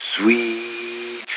sweet